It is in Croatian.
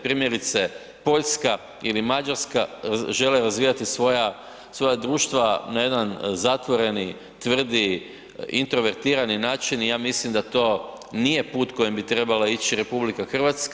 Primjerice Poljska ili Mađarska žele razvijati svoja društva na jedan zatvoreni, tvrdi introvertirani način i ja mislim da to nije put kojim bi trebala ići RH.